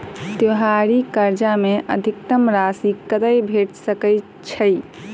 त्योहारी कर्जा मे अधिकतम राशि कत्ते भेट सकय छई?